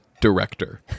director